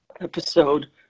episode